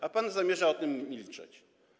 A pan zamierza o tym milczeć.